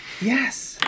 Yes